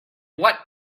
what